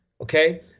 Okay